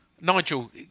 Nigel